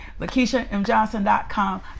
LakeishaMJohnson.com